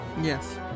Yes